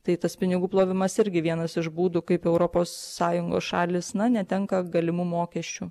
tai tas pinigų plovimas irgi vienas iš būdų kaip europos sąjungos šalys na netenka galimų mokesčių